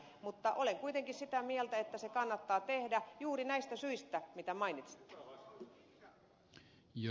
mutta olen kuitenkin sitä mieltä että se kannattaa tehdä juuri näistä syistä mitä mainitsitte